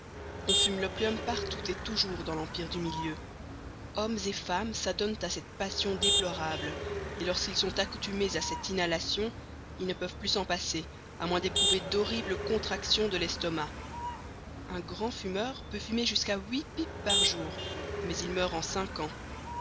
on fume l'opium partout et toujours dans l'empire du milieu hommes et femmes s'adonnent à cette passion déplorable et lorsqu'ils sont accoutumés à cette inhalation ils ne peuvent plus s'en passer à moins d'éprouver d'horribles contractions de l'estomac un grand fumeur peut fumer jusqu'à huit pipes par jour mais il meurt en cinq ans